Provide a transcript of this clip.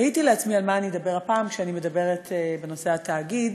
תהיתי על מה אני אדבר הפעם כשאני מדברת בנושא התאגיד.